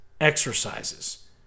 exercises